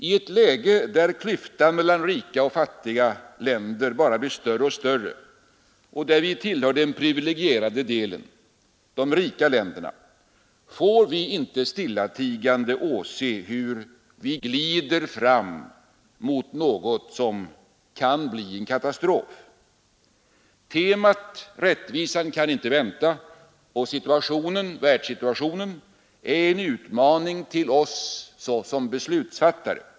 I ett läge där klyftan mellan rika och fattiga länder bara blir större och större och där vi tillhör den privilegierade delen, de rika länderna, får vi inte stillatigande åse hur vi glider fram mot något som kan bli en katastrof. Temat ”Rättvisan kan inte vänta” samt världssituationen i dag är en utmaning till oss som beslutsfattare.